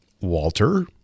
Walter